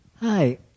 Hi